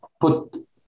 put